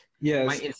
Yes